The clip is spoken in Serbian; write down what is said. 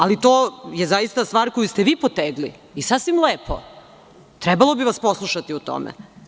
Ali, to je zaista stvar koju ste vi potegli i sasvim lepo bi vas trebali poslušati u tome.